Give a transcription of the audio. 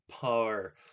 power